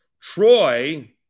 Troy